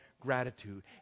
gratitude